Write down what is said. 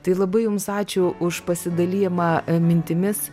tai labai jums ačiū už pasidalijimą mintimis